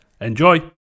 Enjoy